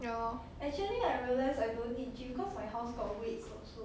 ya lor